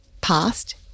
past